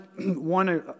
one